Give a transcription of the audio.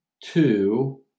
two